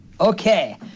Okay